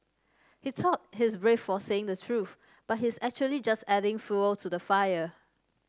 he thought he's brave for saying the truth but he's actually just adding fuel to the fire